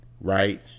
right